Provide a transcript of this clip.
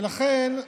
ולכן,